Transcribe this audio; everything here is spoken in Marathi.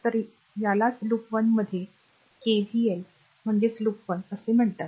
तर यालाच लूप 1 मध्ये आर केव्हीएल म्हणजेच लूप 1 असे म्हणतात